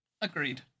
Agreed